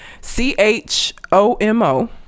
C-H-O-M-O